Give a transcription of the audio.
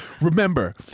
Remember